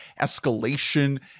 escalation